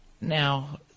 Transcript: Now